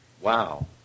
Wow